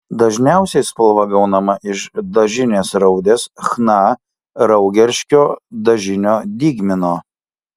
dažniausiai spalva gaunama iš dažinės raudės chna raugerškio dažinio dygmino